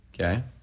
okay